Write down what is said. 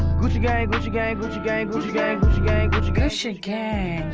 gucci gang, gucci gang gucci gang, gucci gang gang gucci gucci gang,